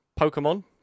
Pokemon